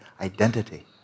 identity